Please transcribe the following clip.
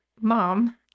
mom